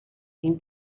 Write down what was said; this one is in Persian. این